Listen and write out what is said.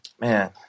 Man